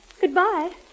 Goodbye